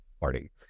party